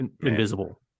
invisible